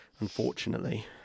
unfortunately